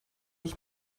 ich